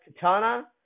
Katana